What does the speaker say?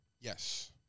Yes